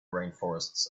rainforests